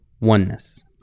oneness